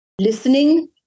listening